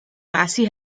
lassie